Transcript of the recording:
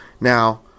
Now